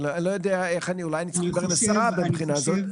אולי אני צריך לדבר עם השרה מהבחינה הזאת,